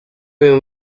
bimpa